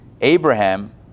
Abraham